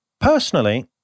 Personally